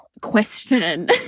question